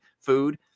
food